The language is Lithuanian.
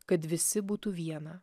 kad visi būtų viena